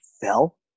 fell